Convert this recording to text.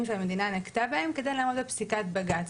שמדינה נקטה בהם כדי לעמוד בפסיקת בג"צ.